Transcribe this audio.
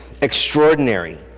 extraordinary